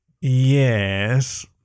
Yes